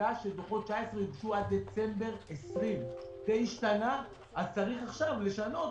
הייתה שדוחות 19' יוגשו עד דצמבר 20'. זה השתנה ולכן צריך לשנות